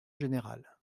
générale